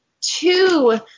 two